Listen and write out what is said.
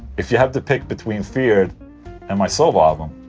if you have to pick between feared and my solo album?